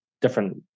different